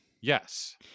Yes